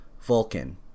Vulcan